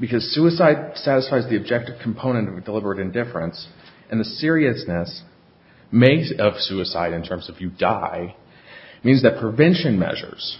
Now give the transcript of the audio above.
because suicide satisfy the objective component of a deliberate indifference and the seriousness maze of suicide in terms of you die means that prevention measures